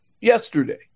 yesterday